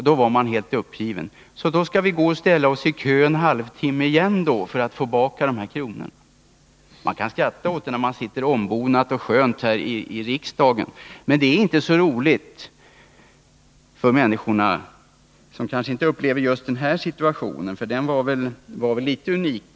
Då var man helt uppgiven: — Så då skall vi gå och ställa oss i kö en halvtimme igen för att få tillbaka de här kronorna? Man kan skratta åt sådant när man sitter ombonat och skönt här i riksdagen, men det är inte så roligt för människorna, även om de inte upplever just den här situationen, som kanske var litet unik.